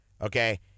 Okay